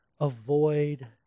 avoid